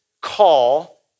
call